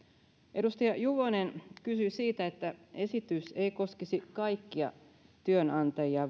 edustaja juvonen ehdotti että esitys ei koskisi kaikkia työnantajia